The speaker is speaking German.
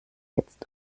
jetzt